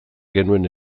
genuen